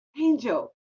Angel